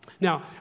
Now